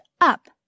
up